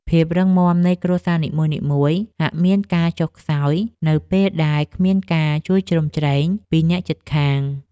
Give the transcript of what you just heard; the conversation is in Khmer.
ភាពរឹងមាំនៃគ្រួសារនីមួយៗហាក់មានការចុះខ្សោយនៅពេលដែលគ្មានការជួយជ្រោមជ្រែងពីអ្នកជិតខាង។